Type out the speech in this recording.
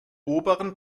oberen